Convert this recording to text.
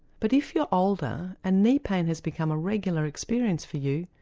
but if you're older and knee pain has become a regular experience for you,